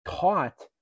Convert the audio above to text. taught